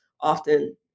often